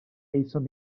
aethon